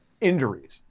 injuries